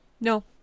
No